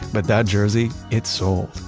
but that jersey? it sold!